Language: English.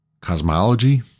cosmology